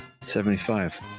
Seventy-five